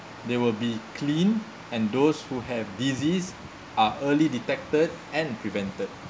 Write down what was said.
they will be clean and those who have disease are early detected and prevented